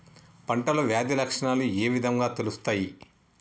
పంటలో వ్యాధి లక్షణాలు ఏ విధంగా తెలుస్తయి?